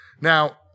Now